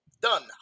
Done